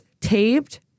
taped